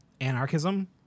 anarchism